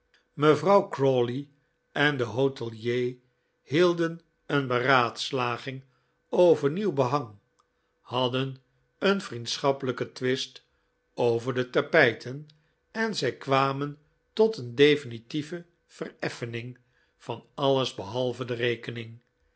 mevrouw crawley en de hotelier hielden een beraadslaging over nieuw behang hadden een vriendschappelijken twist over de tapijten en zij kwamen tot een defmitieve vereffening van alles behalve de rekening